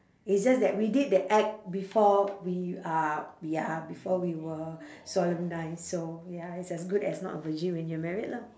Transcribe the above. it's just that we did the act before we uh we are before we were solemnised so ya it's as good as not a virgin when you're married lah